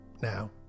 Now